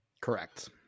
Correct